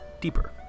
deeper